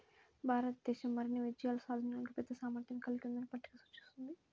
భారతదేశం మరిన్ని విజయాలు సాధించడానికి పెద్ద సామర్థ్యాన్ని కలిగి ఉందని పట్టిక సూచిస్తుంది